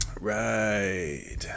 Right